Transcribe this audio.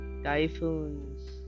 Typhoons